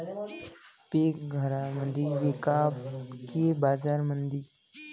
पीक घरामंदी विकावं की बाजारामंदी?